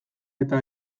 eta